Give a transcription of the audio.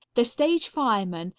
the stage fireman,